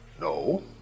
No